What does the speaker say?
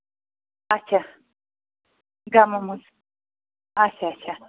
اَچھا گامَن منٛز چھُ اَچھا اَچھا